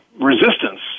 resistance